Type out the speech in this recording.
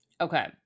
Okay